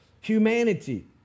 humanity